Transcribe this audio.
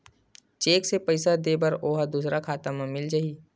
Cheque से पईसा दे बर ओहा दुसर खाता म मिल जाही?